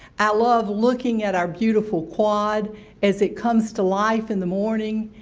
i love looking at our beautiful quad as it comes to life in the morning,